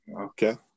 Okay